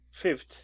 fifth